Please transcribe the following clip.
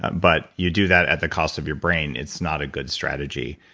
but you do that at the cost of your brain, it's not a good strategy.